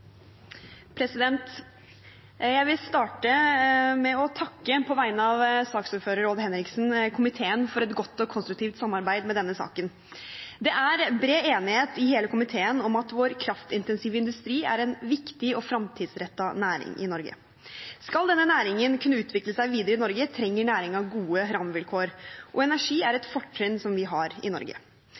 Jeg vil starte med å takke komiteen på vegne av saksordføreren, Odd Henriksen, for et godt og konstruktivt samarbeid med denne saken. Det er bred enighet i hele komiteen om at vår kraftintensive industri er en viktig og framtidsrettet næring. Skal denne næringen kunne utvikle seg videre i Norge, trenger næringen gode rammevilkår – og energi er et fortrinn som vi har i Norge.